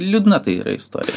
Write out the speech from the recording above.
liūdna tai yra istorija